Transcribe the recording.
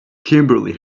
kimberly